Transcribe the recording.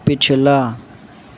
پچھلا